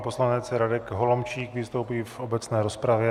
Poslanec Radek Holomčík vystoupí v obecné rozpravě.